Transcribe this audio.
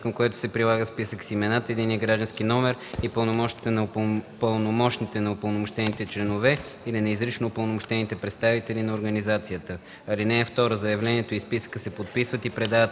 към което се прилага списък с имената, единния граждански номер и пълномощните на упълномощените членове или на изрично упълномощените представители на организацията. (2) Заявлението и списъкът се подписват и предават